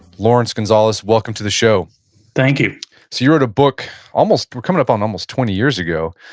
laurence gonzales, welcome to the show thank you so you wrote a book almost, coming up on almost twenty years ago,